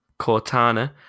Cortana